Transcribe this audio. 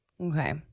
Okay